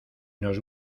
nos